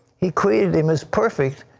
he created him as perfect.